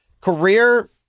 career